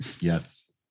Yes